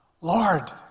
Lord